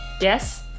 Yes